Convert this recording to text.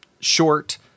short